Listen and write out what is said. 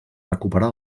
recuperar